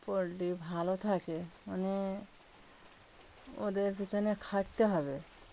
poultry ভালো থাকে মানে ওদের পছনে খাটতে হবে